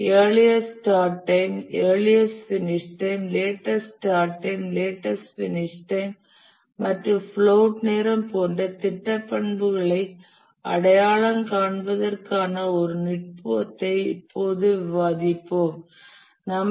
earliest start time earliest finish time latest start time latest finish time மற்றும் float நேரம் போன்ற பிற திட்ட பண்புகளை அடையாளம் காண்பதற்கான ஒரு நுட்பத்தை இப்போது விவாதிப்போம்